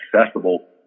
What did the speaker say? accessible